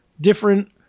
different